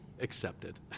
accepted